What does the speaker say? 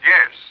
Yes